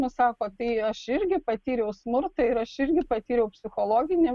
nu sako tai aš irgi patyriau smurtą ir aš irgi patyriau psichologinį